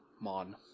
mon